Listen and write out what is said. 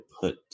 put